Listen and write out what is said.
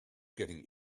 getting